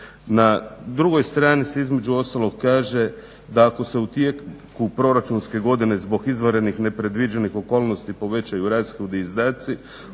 Na drugoj strani se između ostalog kaže da ako se u tijeku proračunske godine zbog izvanrednih nepredviđenih okolnosti povećaju rashodi i izdaci